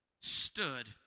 Stood